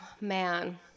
Man